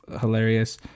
hilarious